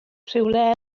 rhywle